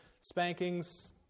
spankings